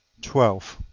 twelve.